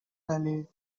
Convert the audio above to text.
palate